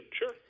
Sure